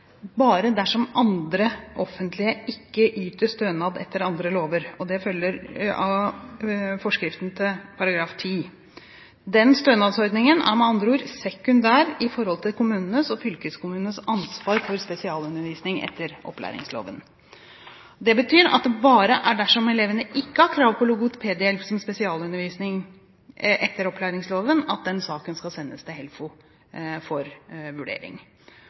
bare dersom andre offentlige instanser ikke yter stønad etter andre lover. Det følger av folketrygdeloven § 5-10, forskriftens § 10. Den stønadsordningen er med andre ord sekundær i forhold til kommunenes og fylkeskommunenes ansvar for spesialundervisning etter opplæringsloven. Det betyr at det bare er dersom elevene ikke har krav på logopedhjelp som spesialundervisning etter opplæringsloven, at saken skal sendes til HELFO for vurdering.